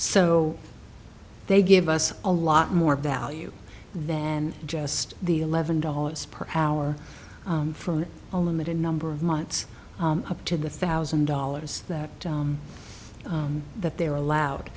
so they give us a lot more value than just the eleven dollars per hour for a limited number of months up to the thousand dollars that that they are allowed